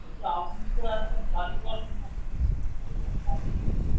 বলছি আপনি তো একজন কারিগর শুনেছি তো আপনি কি